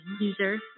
User